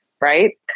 right